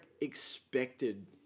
expected